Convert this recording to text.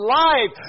life